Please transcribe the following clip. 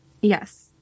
Yes